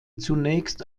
zunächst